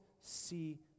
see